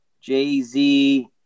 Jay-Z